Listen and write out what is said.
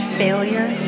failure